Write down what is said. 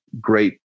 great